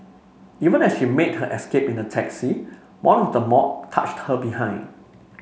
even as she made her escape in a taxi one of the mob touched her behind